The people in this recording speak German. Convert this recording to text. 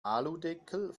aludeckel